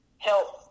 help